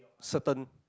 certain